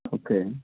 okay